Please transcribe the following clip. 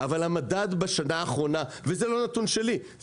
המדד בשנה האחרונה וזה לא נתון שלי,